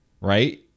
right